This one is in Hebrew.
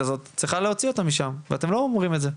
הזו צריכה להוציא אותם משם ואתם לא אומרים את זה.